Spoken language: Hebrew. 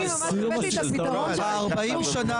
אני ממש הבאתי את הפתרון של הסכסוך,